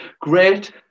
great